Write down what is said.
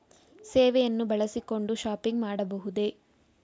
ಸೇವೆಯನ್ನು ಬಳಸಿಕೊಂಡು ಶಾಪಿಂಗ್ ಮಾಡಬಹುದೇ?